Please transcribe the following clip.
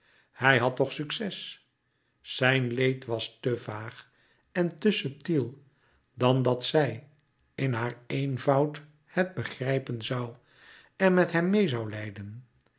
hij had toch succes zijn leed was te vaag en te subtiel dan dat zij in haar eenvoud het begrijpen zoû en met hem meê zoû lijden